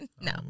No